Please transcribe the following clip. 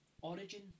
origin